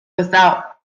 without